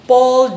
Paul